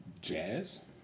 Jazz